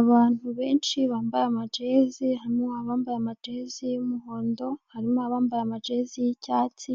Abantu benshi bambaye amajezi, harimo abambaye amajezi y'umuhondo harimo abambaye amajezi y'icyatsi